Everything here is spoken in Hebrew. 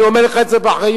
אני אומר לך את זה באחריות.